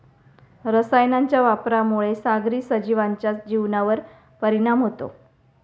रसायनांच्या वापरामुळे सागरी सजीवांच्या जीवनावर परिणाम होतो